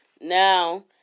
Now